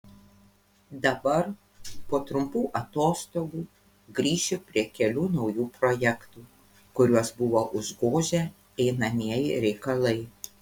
dabar po trumpų atostogų grįšiu prie kelių naujų projektų kuriuos buvo užgožę einamieji reikalai